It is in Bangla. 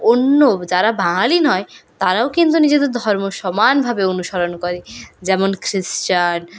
অন্য যারা বাঙালি নয় তারাও কিন্তু নিজেদের ধর্ম সমানভাবে অনুসরণ করে যেমন খ্রিস্টান